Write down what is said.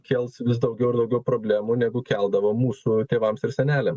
kels vis daugiau ir daugiau problemų negu keldavo mūsų tėvams ir seneliams